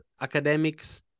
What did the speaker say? academics